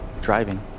driving